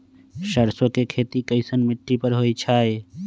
सरसों के खेती कैसन मिट्टी पर होई छाई?